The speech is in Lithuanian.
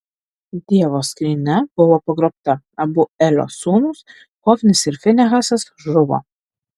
dievo skrynia buvo pagrobta abu elio sūnūs hofnis ir finehasas žuvo